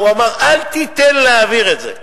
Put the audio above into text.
הוא אמר: אל תיתן להעביר את זה.